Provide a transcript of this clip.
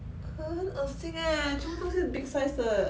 很恶心 eh 全部东西都很 big size 的